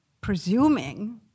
presuming